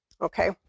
Okay